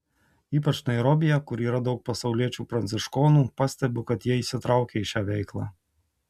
ypač nairobyje kur yra daug pasauliečių pranciškonų pastebiu kad jie įsitraukę į šią veiklą